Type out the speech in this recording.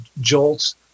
jolts